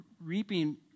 reaping